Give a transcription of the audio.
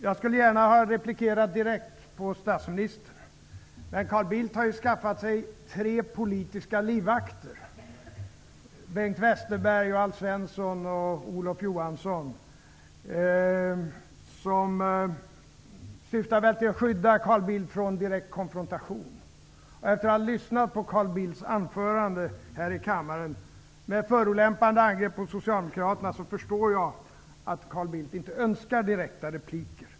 Jag skulle gärna ha replikerat direkt på statsministerns anförande, men Carl Bildt har ju skaffat sig tre politiska livvakter: Olof Johansson. Syftet med detta är väl att skydda Carl Bildt från direkt konfrontation. Efter att ha lyssnat på Carl Bildts anförande här i kammaren, som innehöll förolämpande angrepp på Socialdemokraterna, förstår jag att Carl Bildt inte önskar några direkta repliker.